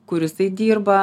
kuris jisai dirba